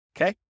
Okay